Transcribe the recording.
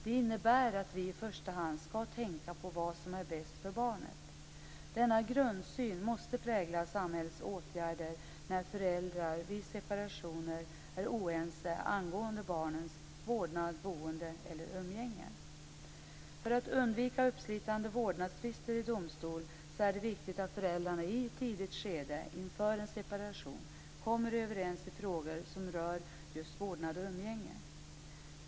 Det innebär att vi i första hand skall tänka på vad som är bäst för barnet. Denna grundsyn måste prägla samhällets åtgärder när föräldrar vid separationer är oense angående barnens vårdnad, boende eller umgänge. För att undvika uppslitande vårdnadstvister i domstol är det viktigt att föräldrarna i ett tidigt skede inför en separation kommer överens i frågor som rör just vårdnad och umgänge.